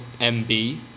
MB